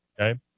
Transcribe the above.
Okay